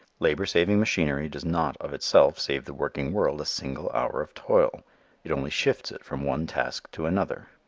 labor saving machinery does not of itself save the working world a single hour of toil it only shifts it from one task to another.